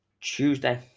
Tuesday